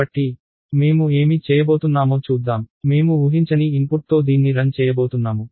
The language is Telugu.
కాబట్టి మేము ఏమి చేయబోతున్నామో చూద్దాం మేము ఊహించని ఇన్పుట్తో దీన్ని రన్ చేయబోతున్నాము